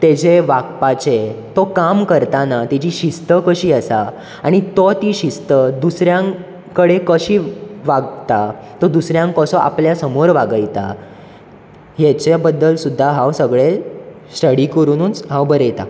तेचें वागपाचे तो काम करताना तेची शिस्त कशी आसा आनी तो ती शिस्त दुसऱ्यां कडेन कशी वागता तो दुसऱ्यांक कसो आपल्या समोर वागयता हेचे बद्दल सुद्दां हांव सगळे स्टडी करुनूच हांव बरयतां